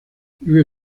vive